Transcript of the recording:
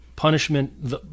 punishment